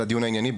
על הדיון הענייני.